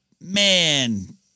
man